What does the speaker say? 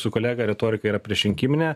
su kolega retorika yra priešrinkiminė